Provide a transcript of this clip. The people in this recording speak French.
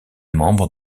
membre